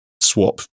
swap